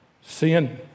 sin